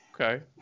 Okay